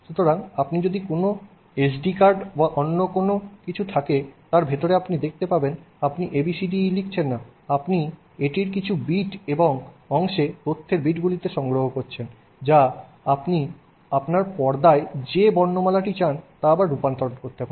সুতরাং যদি আপনার কোনও এসডি কার্ড বা অন্য কোন কিছু থাকে তার ভিতরে আপনি দেখতে পাবেন আপনি ABCDE লিখছেন না আপনি এটি কিছু বিট এবং অংশে তথ্যের বিটগুলিতে সংরক্ষণ করছেন যা আপনি আপনার পর্দায় যে বর্ণমালাটি চান তা আবার রূপান্তর করতে পারবেন